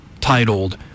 titled